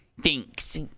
Thanks